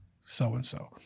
so-and-so